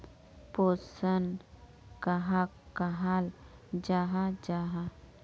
पोषण कहाक कहाल जाहा जाहा?